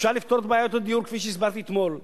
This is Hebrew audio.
אפשר לפתור את בעיית הדיור, כפי שהסברתי אתמול,